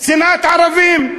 שנאת ערבים.